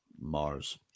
Mars